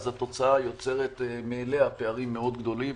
אז התוצאה יוצרת מאליה פערים מאוד גדולים.